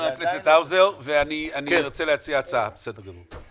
אני שם בצד את השיקול הפוליטי